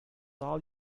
all